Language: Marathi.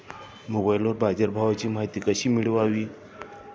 मोबाइलवर बाजारभावाची माहिती कशी मिळवावी?